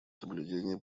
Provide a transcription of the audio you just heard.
соблюдение